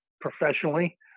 professionally